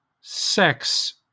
sex